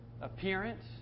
appearance